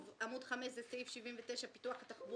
בעמוד 5 יש את סעיף 79 פיתוח תחבורה.